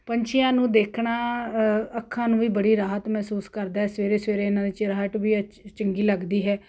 ਪੰਛੀਆਂ ਨੂੰ ਦੇਖਣਾ ਅੱਖਾਂ ਨੂੰ ਵੀ ਬੜੀ ਰਾਹਤ ਮਹਿਸੂਸ ਕਰਦਾ ਸਵੇਰੇ ਸਵੇਰੇ ਇਹਨਾਂ ਦੇ ਚਿਹਾਹਟ ਵੀ ਚੰਗੀ ਲੱਗਦੀ ਹੈ